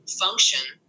function